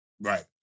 Right